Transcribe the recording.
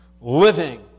living